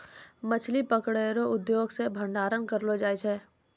मछली पकड़ै रो उद्योग से भंडारण करलो जाय छै